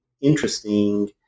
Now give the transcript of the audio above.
interesting